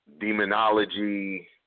demonology